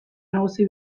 nagusi